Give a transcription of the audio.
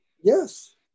yes